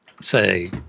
say